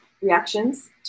reactions